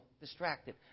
distracted